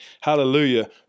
Hallelujah